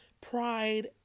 pride